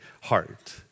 heart